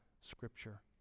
Scripture